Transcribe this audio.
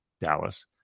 Dallas